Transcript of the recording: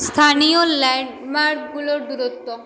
স্থানীয় ল্যান্ডমার্ক গুলোর দূরত্ব